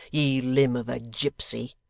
ye limb of a gipsy.